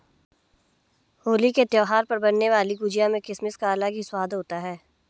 होली के त्यौहार पर बनने वाली गुजिया में किसमिस का अलग ही स्वाद होता है